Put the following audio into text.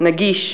נגיש,